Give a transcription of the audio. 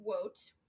quote